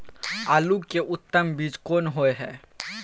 आलू के उत्तम बीज कोन होय है?